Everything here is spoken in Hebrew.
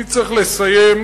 אני צריך לסיים,